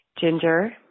Ginger